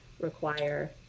require